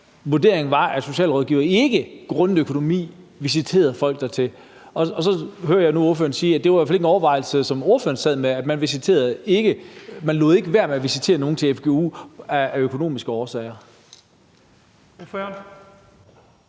vurderingen var, at socialrådgivere grundet økonomi ikke visiterede folk dertil. Nu hører jeg så ordføreren sige, at det i hvert fald ikke var en overvejelse, som ordføreren sad med. Man lod ikke være med at visitere nogen til fgu af økonomiske årsager.